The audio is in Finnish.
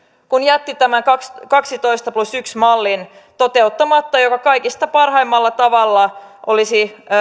kun jätti tämän kaksitoista plus yksi mallin toteuttamatta joka kaikista parhaimmalla tavalla olisi